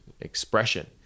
expression